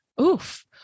oof